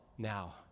Now